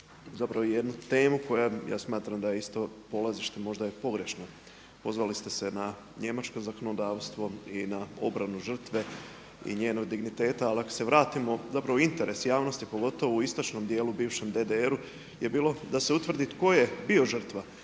zapravo jednu temu koja ja smatram da je isto polazište možda je pogrešno. Pozvali ste se na njemačko zakonodavstvo i na obranu žrtve i njenog digniteta. Ali ako se vratimo, zapravo interes javnosti pogotovo u istočnom dijelu bivšem DDR-u je bilo da se utvrdi tko je bio žrtva.